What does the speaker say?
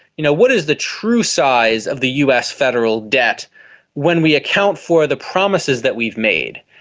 you know, what is the true size of the us federal debt when we account for the promises that we've made?